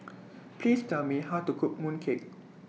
Please Tell Me How to Cook Mooncake